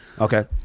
Okay